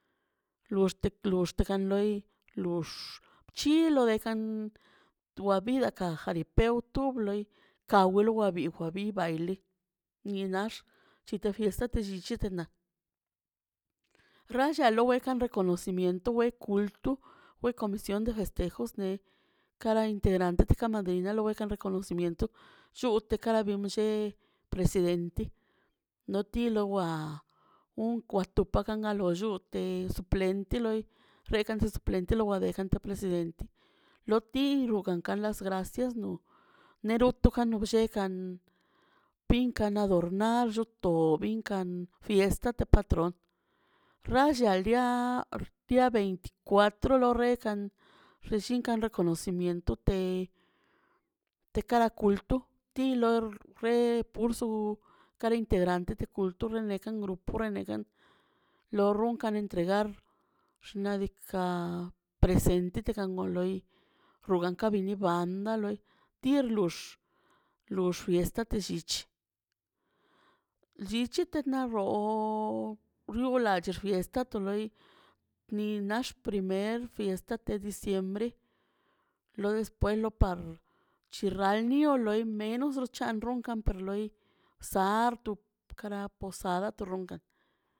Luxte- lli kan loi lux chilo dekan wa bila ka jaripeu tu bloi ka walwa bi ba bi baili li nax llite fiesta tellichi ranlla lo we kan reconocimiento we kultu wel comision de festejos ne kara integrantə tika man delma lo bei reconocimiento lluute kara bim she presidentə noti lowa un kwarto pagan lo lluute suplente lowan rekan lo presidentə loti rugan kan las gracias nero janu mlle kan prinkan adornar to bikan fiesta patron ralla lia lia veinticuatro lo rrekan xllinka lo reconocimiento te- te cada kultur tilo re cursu cada integrantə de kultur rekan grupun regan lo runkan entregar xnaꞌ diikaꞌ presente dgan won loi rugan ka bi banda loi tirlox lox fiesta llich llichtə naꞌ rro xwuḻa che fiesta to rrey ni nax primer fiesta te diciembre los despues lo par chirralio loi menos chan ronkan per loi sartu cada posada to ronka.